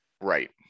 Right